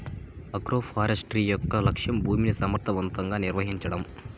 agroforestry యొక్క లక్ష్యం భూమిని సమర్ధవంతంగా నిర్వహించడం